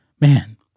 man